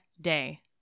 day